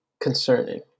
concerning